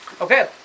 Okay